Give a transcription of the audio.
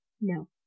No